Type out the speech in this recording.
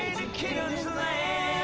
canaan's land